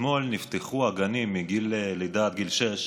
אתמול נפתחו הגנים מגיל לידה עד גיל שש,